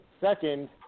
Second